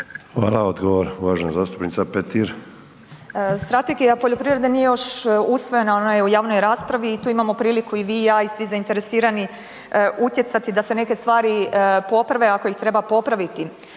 Petir. **Petir, Marijana (Nezavisni)** Strategija poljoprivrede nije još usvojena ona je u javnoj raspravi i tu imamo priliku i vi i ja i svi zainteresirani utjecati da se neke stvari poprave ako ih treba popraviti.